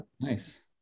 Nice